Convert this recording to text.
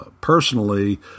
personally